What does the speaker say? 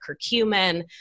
curcumin